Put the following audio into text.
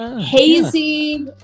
hazy